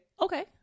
Okay